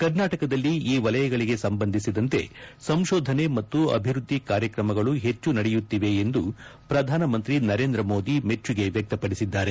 ಕರ್ನಾಟಕದಲ್ಲಿ ಈ ವಲಯಗಳಿಗೆ ಸಂಬಂಧಿಸಿದಂತೆ ಸಂಶೋಧನೆ ಹಾಗೂ ಅಭಿವೃದ್ದಿ ಕಾರ್ಯಕ್ರಮಗಳು ಹೆಚ್ಚು ನಡೆಯುತ್ತಿವೆ ಎಂದು ಪ್ರಧಾನಮಂತ್ರಿ ನರೇಂದ್ರ ಮೋದಿ ಮೆಚ್ಚುಗೆ ವ್ಯಕ್ತಪಡಿಸಿದ್ದಾರೆ